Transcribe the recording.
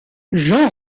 jean